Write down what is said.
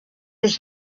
his